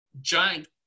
giant